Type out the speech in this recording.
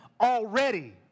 already